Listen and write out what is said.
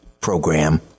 program